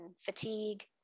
fatigue